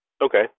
Okay